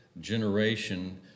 generation